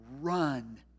Run